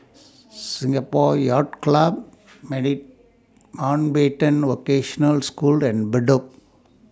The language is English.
Singapore Yacht Club Mountbatten Vocational School and Bedok